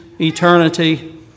eternity